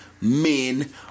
Men